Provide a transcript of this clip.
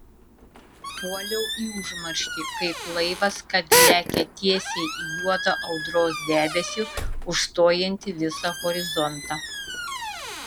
puoliau į užmarštį kaip laivas kad lekia tiesiai į juodą audros debesį užstojantį visą horizontą